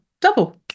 double